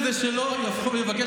מי שזה שלו, יבוא ויבקש.